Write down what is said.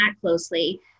closely